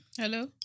Hello